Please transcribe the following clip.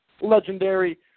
Legendary